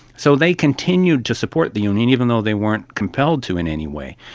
so they continued to support the union, even though they weren't compelled to in any way,